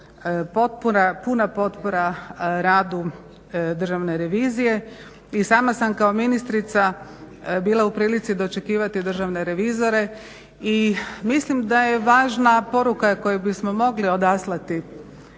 puna potpora radu Državne revizije. I sama sam kao ministrica u prilici dočekivati državne revizore i mislim da je važna poruka koju bismo mogli odaslati